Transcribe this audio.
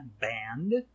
Band